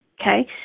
Okay